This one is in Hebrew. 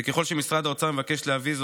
וככל שמשרד האוצר מבקש להביא זאת,